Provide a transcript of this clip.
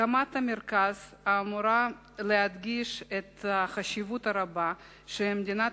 הקמת המרכז אמורה להדגיש את החשיבות הרבה שמדינת